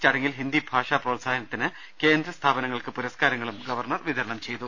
ചടങ്ങിൽ ഹിന്ദി ഭാഷാ പ്രോത്സാഹനത്തിന് കേന്ദ്ര സ്ഥാപനങ്ങൾക്ക് പുരസ ്കാരങ്ങളും ഗവർണർ വിതരണം ചെയ്തു